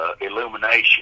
Illumination